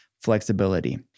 flexibility